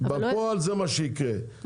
בפועל זה מה שיקרה,